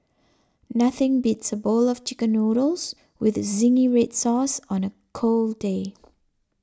nothing beats a bowl of Chicken Noodles with Zingy Red Sauce on a cold day